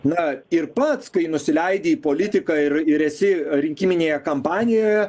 na ir pats kai nusileidi į politiką ir ir esi rinkiminėje kampanijoje